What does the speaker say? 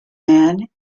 man